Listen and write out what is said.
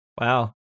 Wow